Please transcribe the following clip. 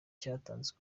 cyatanzwe